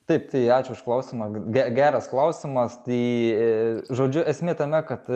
taip tai ačiū už klausimą ge geras klausimas tai e žodžiu esmė tame kad